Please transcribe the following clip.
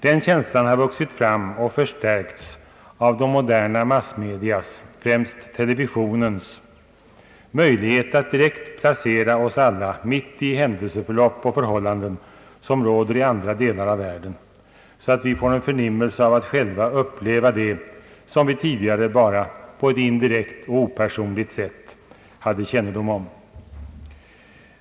Den känslan har vuxit fram och förstärkts av de moderna massmedias, främst televisionens, möjligheter att direkt placera oss alla mitt i händelseförlopp och förhållanden, som råder i andra delar av världen, så att vi får en förnimmelse av att själva uppleva det som vi tidigare bara på ett indirekt och opersonligt sätt hade kännedom om.